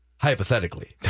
Hypothetically